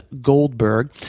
Goldberg